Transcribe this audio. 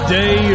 day